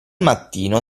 mattino